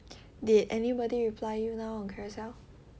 did anybody reply you now on Carousell